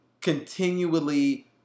continually